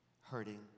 hurting